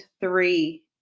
three